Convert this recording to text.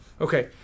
okay